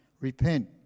Repent